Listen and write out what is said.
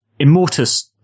Immortus